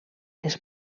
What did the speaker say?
les